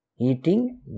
eating